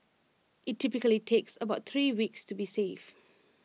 IT typically takes about three weeks to be safe